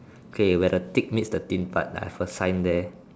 k where the thick means the thin part ah first sign there